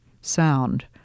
sound